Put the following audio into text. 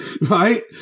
right